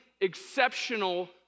exceptional